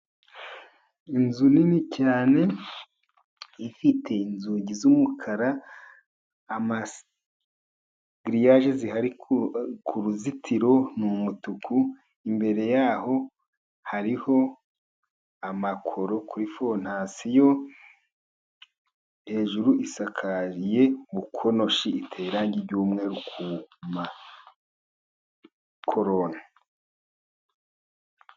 Inzu nini cyane ifite inzugi z'umukara, giriyaje zihari k'uruzitiro n'umutuku, imbere yaho hariho amakoro kuri fondasiyo, hejuru isakariye bukonoshi, iteye irangi ry'umweru ku makorone.